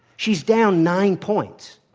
she's down nine points.